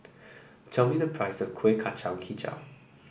tell me the price of Kuih Kacang hijau